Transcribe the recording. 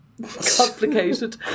complicated